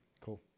Cool